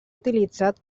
utilitzat